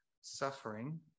suffering